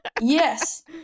Yes